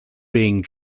being